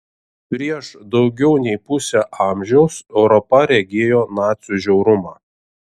prieš daugiau nei pusę amžiaus europa regėjo nacių žiaurumą